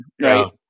Right